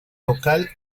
local